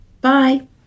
Bye